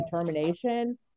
determination